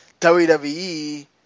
WWE